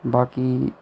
बाकी